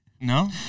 no